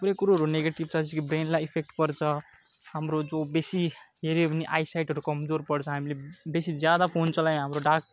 थुप्रै कुरोहरू निगेटिभ छ जस्तो कि ब्रेनलाई इफेक्ट पर्छ हाम्रो जो बेसी हेऱ्यो भने आइसाइटहरू कमजोर पर्छ हामीले बेसी ज्यादा फोन चलायो भने हाम्रो डार्क